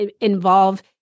involve